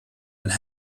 and